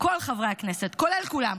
כל חברי הכנסת כולל כולם,